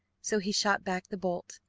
so he shot back the bolt,